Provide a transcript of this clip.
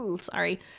Sorry